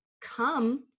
come